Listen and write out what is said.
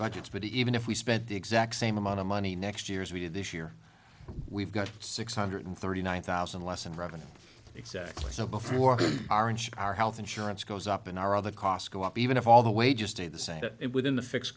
budgets but even if we spent the exact same amount of money next year as we did this year we've got six hundred thirty nine thousand less in revenue exactly so before aren't our health insurance goes up and our other costs go up even if all the way just a the same it within the fix